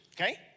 okay